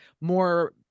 more